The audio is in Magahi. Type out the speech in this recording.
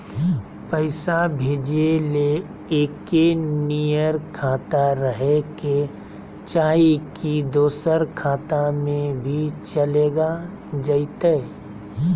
पैसा भेजे ले एके नियर खाता रहे के चाही की दोसर खाता में भी चलेगा जयते?